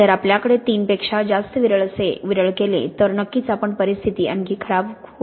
जर आपल्याकडे 3 पेक्षा ज्यास्त विरळ केले तर नक्कीच आपण परिस्थिती आणखी खराब होऊ शकते